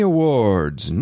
Awards